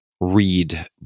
read